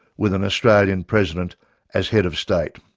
with an australian president as head of state.